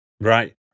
Right